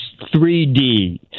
3D